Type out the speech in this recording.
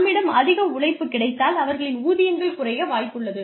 நம்மிடம் அதிக உழைப்பு கிடைத்தால் அவர்களின் ஊதியங்கள் குறைய வாய்ப்புள்ளது